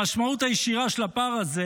המשמעות הישירה של הפער הזה